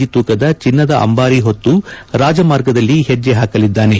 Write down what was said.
G ತೂಕದ ಚೆನ್ನದ ಅಂಬಾರಿ ಹೊತ್ತು ರಾಜಮಾರ್ಗದಲ್ಲಿ ಹೆಜ್ಜೆ ಹಾಕಲಿದ್ದಾನೆ